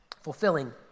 fulfilling